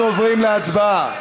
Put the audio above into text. אנחנו עוברים להצבעה.